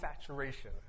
saturation